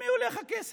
למי הולך הכסף?